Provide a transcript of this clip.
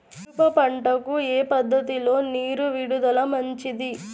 మిరప పంటకు ఏ పద్ధతిలో నీరు విడుదల మంచిది?